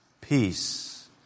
Peace